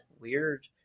weird